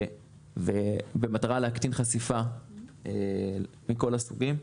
במטרה להקטין חשיפה מכל הסוגים.